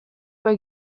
bei